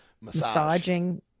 massaging